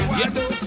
yes